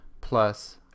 plus